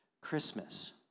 Christmas